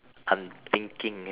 I'm thinking